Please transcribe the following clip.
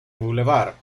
bulevar